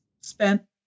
spent